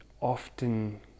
often